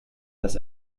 dass